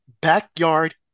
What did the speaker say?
backyard